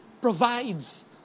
provides